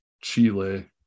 Chile